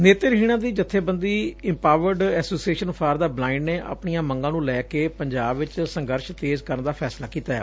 ਨੇਤਰਹੀਣ ਦੀ ਜਥੇਬੰਦੀ empowered association for the blind ਨੇ ਆਪਣੀਆਂ ਮੰਗਾਂ ਨੂੰ ਲੈ ਕੇ ਪੰਜਾਬ ਚ ਸੰਘਰਸ਼ ਤੇਜ਼ ਕਰਨ ਦਾ ਫੈਸਲਾ ਕੀਤੈ